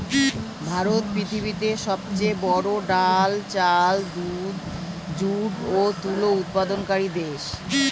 ভারত পৃথিবীতে সবচেয়ে বড়ো ডাল, চাল, দুধ, যুট ও তুলো উৎপাদনকারী দেশ